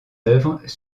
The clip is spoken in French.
œuvres